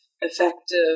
effective